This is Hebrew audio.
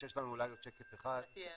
השקף הבא.